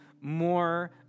more